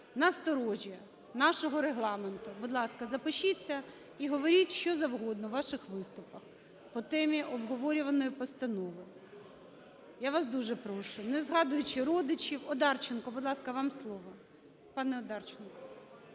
На сторожі нашого Регламенту. Будь ласка, запишіться і говоріть, що завгодно у ваших виступах по темі обговорюваної постанови. Я вас дуже прошу, не згадуючи родичів. Одарченко, будь ласка, вам слово.